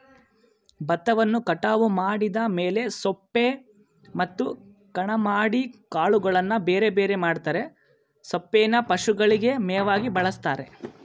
ಬತ್ತವನ್ನು ಕಟಾವು ಮಾಡಿದ ಮೇಲೆ ಸೊಪ್ಪೆ ಮತ್ತು ಕಣ ಮಾಡಿ ಕಾಳುಗಳನ್ನು ಬೇರೆಬೇರೆ ಮಾಡ್ತರೆ ಸೊಪ್ಪೇನ ಪಶುಗಳಿಗೆ ಮೇವಾಗಿ ಬಳಸ್ತಾರೆ